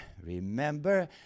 remember